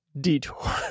detour